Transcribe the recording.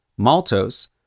maltose